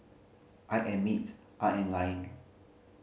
I admit I am lying